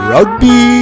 Rugby